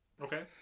Okay